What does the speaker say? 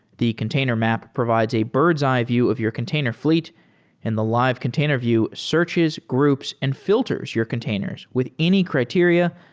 the container map provides a bird's eye view of your container fleet and the live container view searches groups and filters your containers with any criteria,